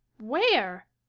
where?